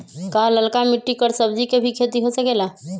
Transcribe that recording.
का लालका मिट्टी कर सब्जी के भी खेती हो सकेला?